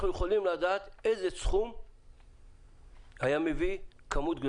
אנחנו יכולים לדעת איזה סכום היה מביא אנשים.